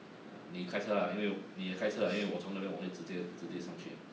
uh 你开车啊因为你开车啊因为我从那边我会直接直接上去啊